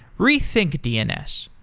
rethink dns,